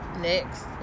next